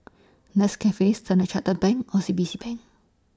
Nescafe Standard Chartered Bank O C B C Bank